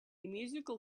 musical